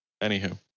Anywho